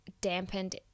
dampened